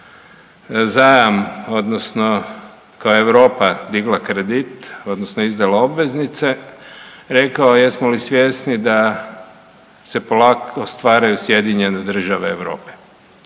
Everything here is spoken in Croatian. zajam odnosno kao Europa digla kredit odnosno izdala obveznice rekao jesmo li svjesni da se polako stvaraju Sjedinjene Države Europe.